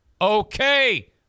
okay